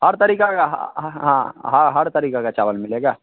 हर तरीके का हाँ हाँ हर तरीके का चावल मिलेगा